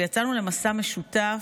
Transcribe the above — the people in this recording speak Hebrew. ויצאנו למסע משותף.